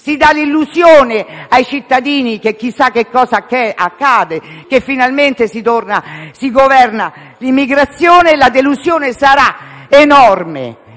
si dà l'illusione ai cittadini che chissà che cosa accadrà e che finalmente si governerà l'immigrazione, ma la delusione sarà enorme.